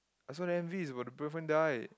ah so the M_V is about the boyfriend died